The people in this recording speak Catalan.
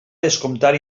descomptar